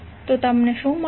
તો તમને શું મળશે